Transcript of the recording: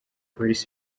polisi